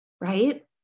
right